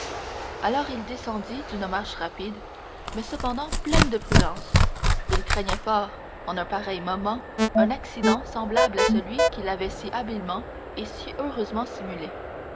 alors il descendit d'une marche rapide mais cependant pleine de prudence il craignait fort en un pareil moment un accident semblable à celui qu'il avait si habilement et si heureusement simulé